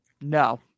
no